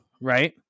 right